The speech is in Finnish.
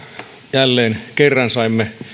jälleen kerran saimme